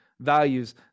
values